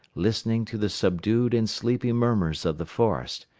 listening to the subdued and sleepy murmurs of the forest,